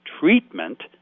treatment